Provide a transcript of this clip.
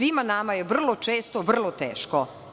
Svima nama je vrlo često vrlo teško.